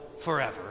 forever